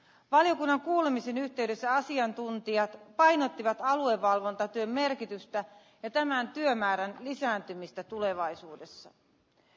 valiokunnan kuulemisen yhteydessä asiantuntijat painottivat alueen valvontatyön merkitystä ja tämän tien määrän ensimmäinen varapuhemies